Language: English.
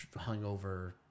hungover